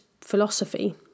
philosophy